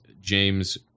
James